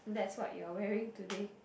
that's what you're wearing today